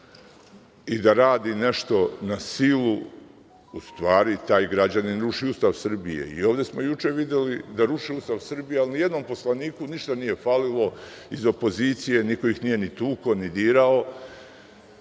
i da radi nešto na silu, u stvari taj građanin ruši Ustav Srbije i ovde smo juče videli da ruše Ustav Srbije, ali nijednom poslaniku ništa nije falilo iz opozicije, niko ih nije ni tuko, ni dirao,